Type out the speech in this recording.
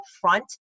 front